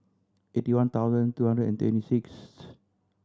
eighty one thousand two hundred and twenty sixth